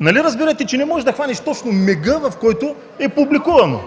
нали разбирате, че не може да хванеш точно мига, в който е публикувано?